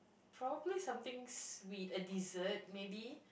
probably something sweet a dessert maybe